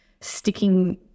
sticking